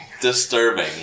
disturbing